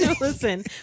listen